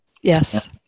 Yes